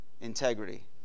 integrity